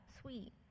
sweet